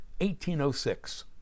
1806